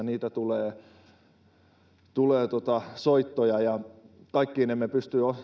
niitä tulee sähköpostissa tulee soittoja ja kaikkiin emme pysty